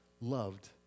loved